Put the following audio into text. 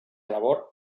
labor